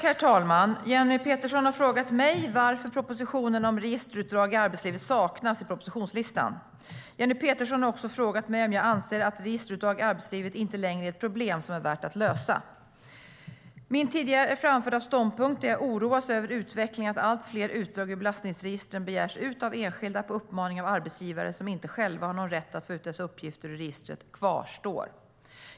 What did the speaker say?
Herr talman! Jenny Petersson har frågat mig varför propositionen om registerutdrag i arbetslivet saknas i propositionslistan. Jenny Petersson har också frågat mig om jag anser att registerutdrag i arbetslivet inte längre är ett problem som är värt att lösa. Min tidigare framförda ståndpunkt, där jag oroas över utvecklingen att allt fler utdrag ur belastningsregistret begärs ut av enskilda på uppmaning av arbetsgivare som inte själva har någon rätt att få ut dessa uppgifter ur registret kvarstår.